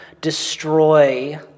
destroy